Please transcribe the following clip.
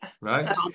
Right